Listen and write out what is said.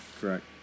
correct